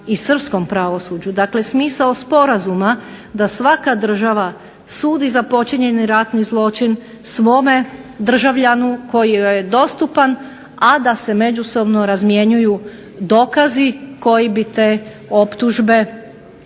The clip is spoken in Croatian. i srpskom pravosuđu. Dakle, smisao sporazuma da svaka država sudi za počinjeni ratni zločin svome državljanu koji joj je dostupan, a da se međusobno razmjenjuju dokazi koji bi te optužbe